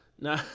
no